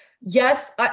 yes